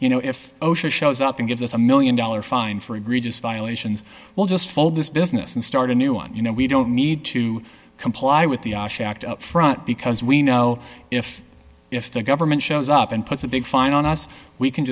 you know if osha shows up and gives us a one million dollars fine for egregious violations well just fold this business and start a new one you know we don't need to comply with the shacked up front because we know if if the government shows up and puts a big fine on us we can